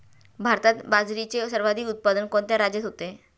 भारतात बाजरीचे सर्वाधिक उत्पादन कोणत्या राज्यात होते?